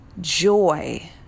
joy